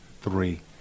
three